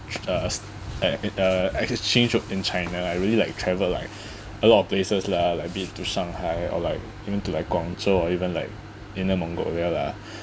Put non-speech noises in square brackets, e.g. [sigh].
uh s~ uh uh as exchange group in china I really like travel like [breath] a lot of places lah like I've been to shanghai or like been to like guangzhou or even like inner mongolia lah [breath]